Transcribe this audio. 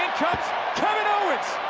kevin owens.